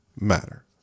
matter